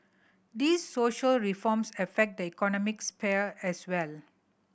these social reforms affect the economic sphere as well